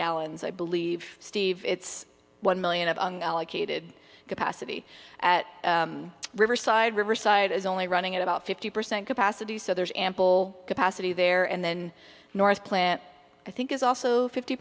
gallons i believe steve it's one million i did capacity at riverside riverside is only running at about fifty percent capacity so there's ample capacity there and then north plant i think is also fifty